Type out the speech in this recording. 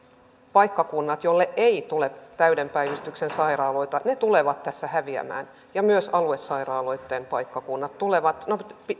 paikkakunnat joille ei tule täyden päivystyksen sairaaloita tulevat tässä häviämään ja myös aluesairaaloitten paikkakunnat tulevat no